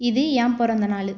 இது என் பிறந்தநாளு